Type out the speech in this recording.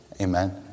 Amen